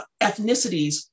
ethnicities